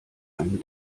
einen